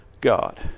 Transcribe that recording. God